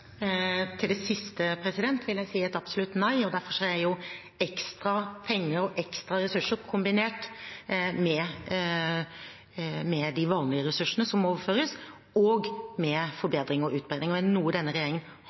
Til det siste vil jeg si et absolutt nei. Derfor er jo ekstra penger og ekstra ressurser kombinert med de vanlige ressursene som overføres, og med forbedringer og utbedringer. Er det noe denne regjeringen